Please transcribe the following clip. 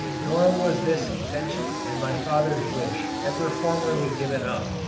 nor was this intention and my father's wish ever formerly given up,